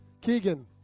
Keegan